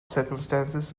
circumstances